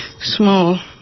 small